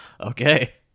Okay